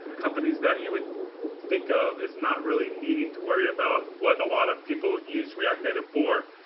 companies that you would think of is not really needing to worry about what a lot of people use react native for,